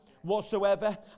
whatsoever